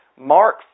Mark